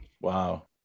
Wow